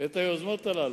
את היוזמות הללו.